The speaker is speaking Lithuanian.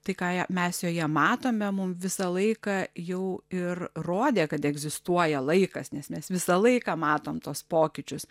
tai ką mes joje matome mum visą laiką jau ir rodė kad egzistuoja laikas nes mes visą laiką matom tuos pokyčius